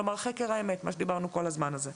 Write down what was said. כלומר, חקר האמת, מה שדיברנו על הזמן הזה.